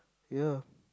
ya